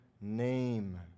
name